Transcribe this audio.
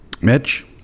Mitch